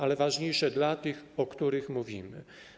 To jest ważniejsze dla tych, o których mówimy.